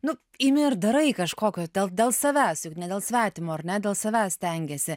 nu imi ir darai kažkokio dėl dėl savęs juk ne dėl svetimo ar ne dėl savęs stengiesi